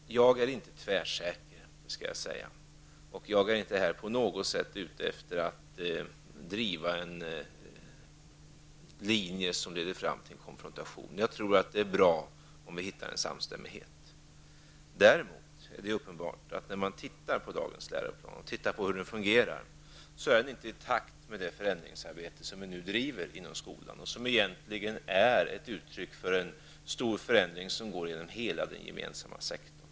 Jag är inte tvärsäker. Det skall jag medge. Jag är heller inte på något sätt ute efter att driva en linje som leder till konfrontation. Jag tror i stället att det vore bra om vi kunde komma fram till en samstämmighet. Men det är uppenbart -- och det framgår när man tittar på dagens läroplan och på hur den fungerar -- att förhållandena inte är i takt med det förändringsarbete som vi nu bedriver inom skolan och som egentligen är ett uttryck för en stor förändring tvärsigenom den gemensamma sektorn.